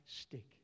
stick